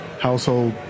household